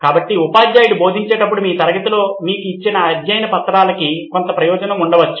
కాబట్టి ఉపాధ్యాయుడు బోధించేటప్పుడు మీ తరగతిలో మీకు ఇచ్చిన అధ్యయన పత్రాలకి కొంత ప్రయోజనం ఉండవచ్చు